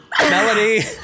Melody